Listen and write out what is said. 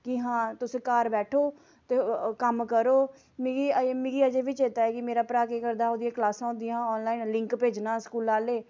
कि हां तुस घार बैठो ते कम्म करो मिगी अजें बी मिगी अजें बी चेता ऐ कि मेरा भ्राऽ केह् करदा हा ओह्दी क्लासां होंदियां हियां आनलाइन लिंक भेजना स्कूलै आह्लें